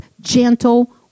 gentle